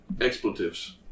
expletives